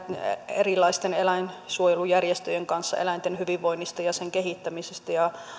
erilaisten eläinsuojelujärjestöjen kanssa eläinten hyvinvoinnista ja sen kehittämisestä ja